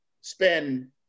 spend